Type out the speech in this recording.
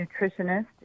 nutritionist